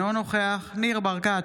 אינו נוכח ניר ברקת,